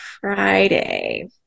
friday